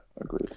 agreed